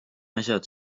asjad